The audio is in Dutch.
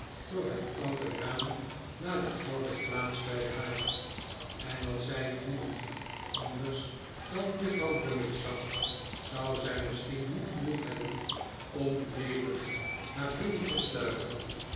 door het oude raam naar de oude plaats bij den haard en als zij niemand anders dan juffrouwgummidge zag zou zij misschien moed genoeg hebben om bevend naar binnen te sluipen